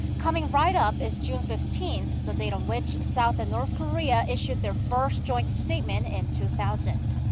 coming right up is june fifteenth, the date on which south and north korea issued their first joint statement in two thousand.